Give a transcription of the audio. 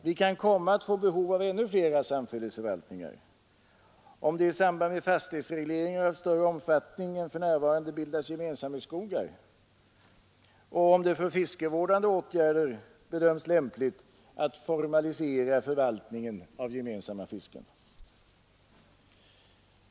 Vi kan komma att få behov av ännu fler samfällighetsförvaltningar, om det i samband med fastighetsregleringar av större omfattning än för närvarande bildas gemensamhetsskogar och om det för fiskevårdande åtgärder bedöms lämpligt att formalisera förvaltningen av gemensamma fisken.